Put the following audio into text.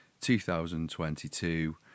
2022